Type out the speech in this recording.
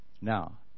Now